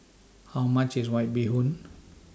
How much IS White Bee Hoon